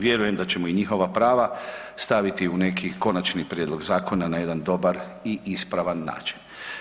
Vjerujem da ćemo i njihova prava staviti u neki konačni prijedlog zakona na jedan dobar i ispravan način.